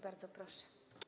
Bardzo proszę.